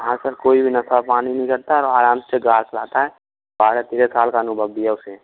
हाँ सर कोई भी नशा पानी नहीं करता और आराम से कार चलाता है बारह तेरा साल का अनुभव भी है उसे